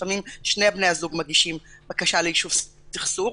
לפעמים שני בני הזוג מגישים בקשה ליישוב סכסוך,